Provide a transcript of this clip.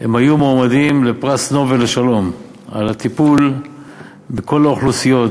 הם היו מועמדים לפרס נובל לשלום על הטיפול בכל האוכלוסיות,